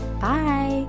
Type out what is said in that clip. Bye